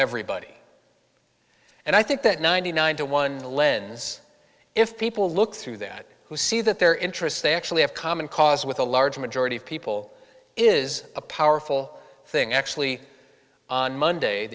everybody and i think that ninety nine to one lens if people look through that who see that their interests they actually have common cause with a large majority of people is a powerful thing actually on monday